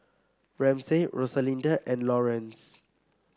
Ramsey Rosalinda and Lawerence